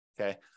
okay